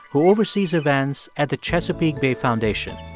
who oversees events at the chesapeake bay foundation.